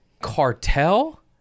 cartel